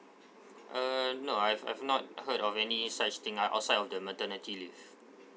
uh no I've I've not heard of any such thing uh outside of the maternity leave